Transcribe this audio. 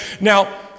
Now